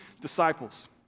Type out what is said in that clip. disciples